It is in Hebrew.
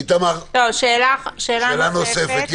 איתמר, שאלה נוספת.